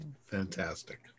Fantastic